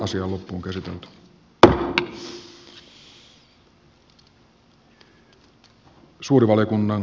asia sitten valtiovallan laskun kustannuksella